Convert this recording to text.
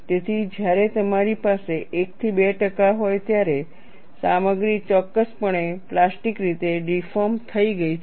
તેથી જ્યારે તમારી પાસે 1 થી 2 ટકા હોય ત્યારે સામગ્રી ચોક્કસપણે પ્લાસ્ટિક રીતે ડિફૉર્મ થઈ ગઈ છે